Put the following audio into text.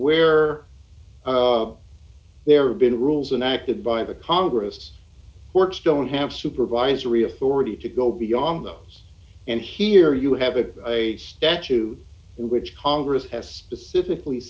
where there have been rules and acted by the congress works don't have supervisory authority to go beyond those and here you have a statute which congress has specifically